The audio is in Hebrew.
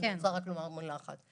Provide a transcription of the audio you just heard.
אני רוצה לומר רק מילה אחת: